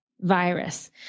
virus